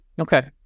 okay